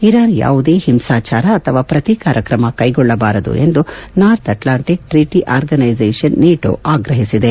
Iran ಯಾವುದೇ ಹಿಂಸಾಚಾರ ಅಥವಾ ಪ್ರತಿಕಾರ ಕ್ರಮ ಕ್ಲೆಗೊಳ್ಳಬಾರದು ಎಂದು North Atlantic Treaty Organisation NATO ಆಗ್ರಹಿಸಿದೆ